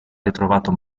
ritrovato